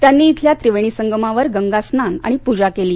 त्यांनी इथल्या त्रिवेणी संगमावर गंगा स्नान आणि प्जा केली